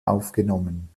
aufgenommen